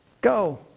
Go